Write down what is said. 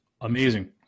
Amazing